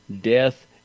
death